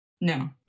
No